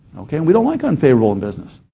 okay, we don't like unfavorable in business,